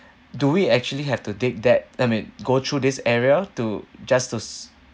do we actually have to dig that I mean go through this area to just to